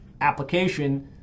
application